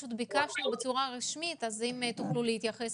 בקשנו את זה בצורה רשמית אז נשמח אם תוכלו להתייחס